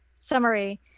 Summary